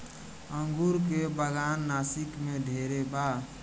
अंगूर के बागान नासिक में ढेरे बा